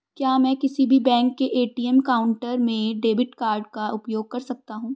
क्या मैं किसी भी बैंक के ए.टी.एम काउंटर में डेबिट कार्ड का उपयोग कर सकता हूं?